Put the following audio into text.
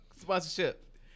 sponsorship